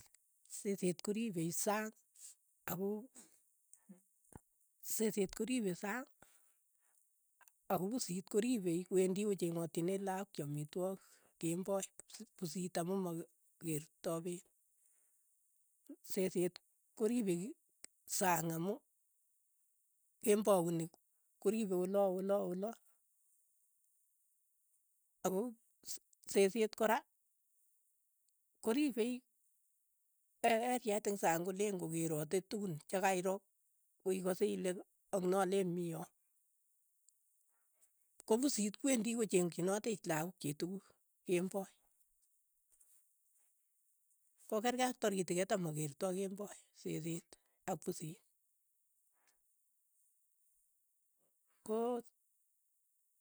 seseet koripei sang akoi seseet koripe sang ako pusiit koripei wendi kochengatchini lakok chii amitwogik kemboi pusit amu makeertoi peet, seset koripei sang amu kembout ni koripe ola- ola- ola ako seseet kora koripei eriait eng' sang koleen kokerati tukun che kairo ko ikase ile ang'na leen mi yo, ko pusiit kwendi kochengchinotei lakook chiik tukuk kemboi, ko keerkei ak taritik keta makertai kemboi seseet ak pusit, koo.